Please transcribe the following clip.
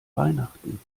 weihnachten